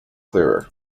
clearer